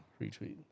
retweet